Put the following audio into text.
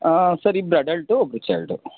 sir ಇಬ್ರು adult ಒಬ್ಬರು child